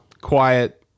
quiet